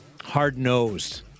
hard-nosed